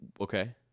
Okay